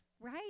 right